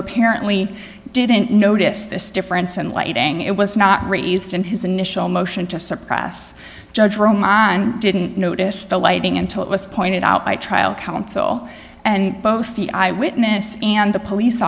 apparently didn't notice this difference in lighting it was not raised in his initial motion to suppress judge didn't notice the lighting until it was pointed out by trial counsel and both the eyewitness and the police